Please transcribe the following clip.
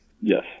Yes